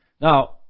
Now